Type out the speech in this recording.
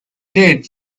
did